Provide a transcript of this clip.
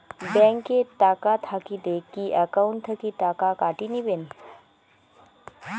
Bank এ টাকা থাকিলে কি একাউন্ট থাকি টাকা কাটি নিবেন?